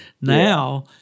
Now